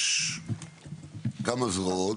יש כמה זרועות,